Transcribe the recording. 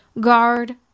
guard